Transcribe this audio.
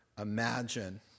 imagine